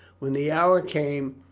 when the hour came,